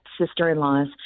sister-in-laws